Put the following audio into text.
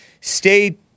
Stay